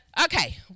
Okay